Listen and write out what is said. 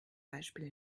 beispiel